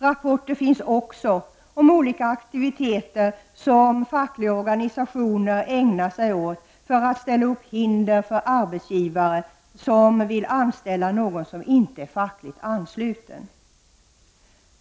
Rapporter finns också om olika aktiviteter som fackliga organisationer ägnar sig åt för att ställa upp hinder för arbetsgivare som vill anställa någon som inte är fackligt ansluten.